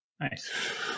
Nice